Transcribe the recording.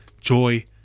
joy